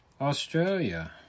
Australia